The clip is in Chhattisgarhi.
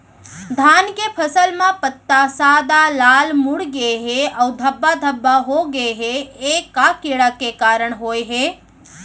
धान के फसल म पत्ता सादा, लाल, मुड़ गे हे अऊ धब्बा धब्बा होगे हे, ए का कीड़ा के कारण होय हे?